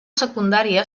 secundària